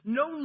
no